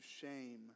shame